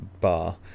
bar